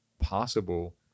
possible